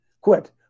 quit